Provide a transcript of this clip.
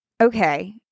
Okay